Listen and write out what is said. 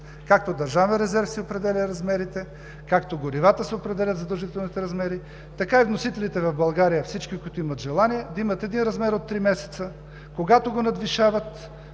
както „Държавен резерв“ си определя размерите, както горивата си определят задължителните размери, така и вносителите в България, всички, които имат желание, да имат един размер от три месеца. Когато го надвишават,